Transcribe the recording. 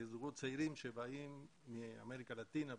לזוגות צעירים שבאים מאמריקה הלטינית,